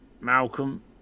Malcolm